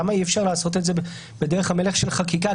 למה אי אפשר לעשות את זה בדרך המלך של חקיקה,